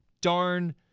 darn